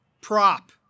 prop